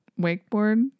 wakeboard